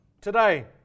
Today